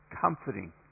comforting